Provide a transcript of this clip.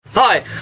Hi